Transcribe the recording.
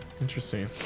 Interesting